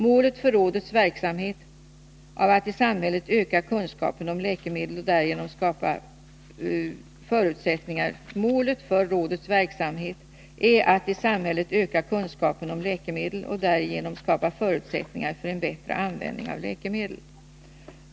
Målet för rådets verksamhet är att i samhället öka kunskapen om läkemedel och därigenom skapa förutsättningar för en bättre användning av läkemedel.